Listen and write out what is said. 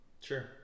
Sure